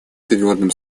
твердым